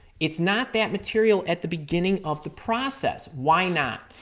it's not that material at the beginning of the process. why not?